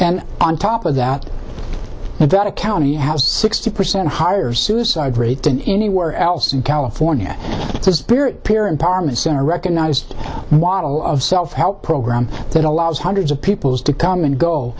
and on top of that and that a county has sixty percent higher suicide rate than anywhere else in california it's peer peer empowerment center recognized wattle of self help program that allows hundreds of people to come and go